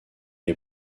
est